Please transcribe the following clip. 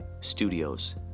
studios